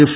F